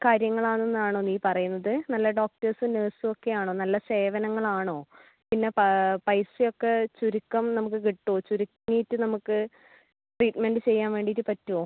കാര്യങ്ങളാണെന്നാണോ നീ പറയുന്നത് നല്ല ഡോക്ടേഴ്സും നഴ്സും ഒക്കെ ആണോ നല്ല സേവനങ്ങളാണോ പിന്നെ പൈസ ഒക്കെ ചുരുക്കം നമ്മൾക്ക് കിട്ടോ ചുരുക്കിയിട്ട് നമ്മൾക്ക് ട്രീറ്റ്മെൻ്റ് ചെയ്യാൻ വേണ്ടിയിട്ട് പറ്റുമോ